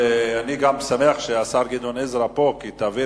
אני גם שמח שהשר גדעון סער נמצא